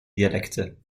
dialekte